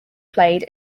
played